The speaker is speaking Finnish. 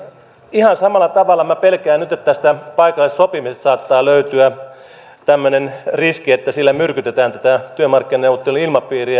ihan samalla tavalla minä pelkään nyt että tästä paikallisesta sopimisesta saattaa löytyä tämmöinen riski että sillä myrkytetään tätä työmarkkinaneuvottelujen ilmapiiriä